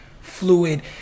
fluid